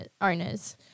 owners